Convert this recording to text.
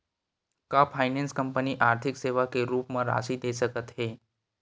का finance company आर्थिक सेवा के रूप म राशि दे सकत हे?